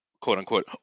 quote-unquote